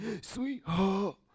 sweetheart